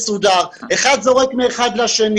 האחד זורק לשני,